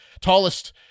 tallest